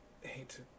hate